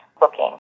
looking